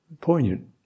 Poignant